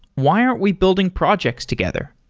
why aren't we building projects together?